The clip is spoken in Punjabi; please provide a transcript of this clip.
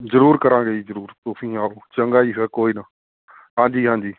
ਜ਼ਰੂਰ ਕਰਾਂਗੇ ਜੀ ਜ਼ਰੂਰ ਤੁਸੀਂ ਆਓ ਚੰਗਾ ਜੀ ਫਿਰ ਕੋਈ ਨਾ ਹਾਂਜੀ ਹਾਂਜੀ